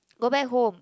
go back home